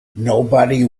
nobody